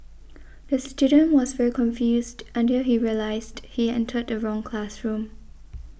the student was very confused until he realised he entered the wrong classroom